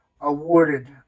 awarded